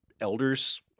elders